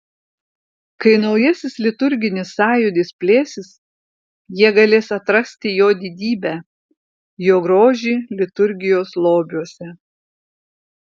kai naujasis liturginis sąjūdis plėsis jie galės atrasti jo didybę jo grožį liturgijos lobiuose